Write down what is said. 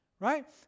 Right